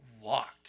walked